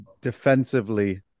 defensively